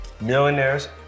Millionaires